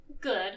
good